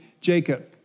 Jacob